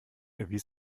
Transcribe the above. erwies